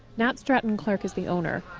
nat stratton-clarke is the owner.